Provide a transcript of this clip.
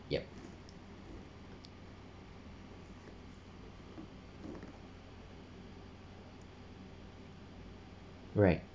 yup right